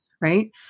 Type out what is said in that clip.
right